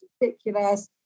ridiculous